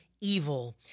evil